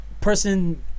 person